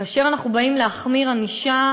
כאשר אנחנו באים להחמיר ענישה,